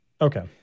Okay